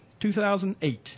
2008